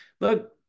Look